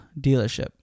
dealership